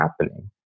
happening